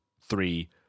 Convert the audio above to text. three